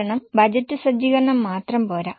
കാരണം ബജറ്റ് സജ്ജീകരണം മാത്രം പോരാ